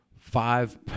five